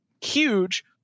huge